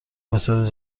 بطور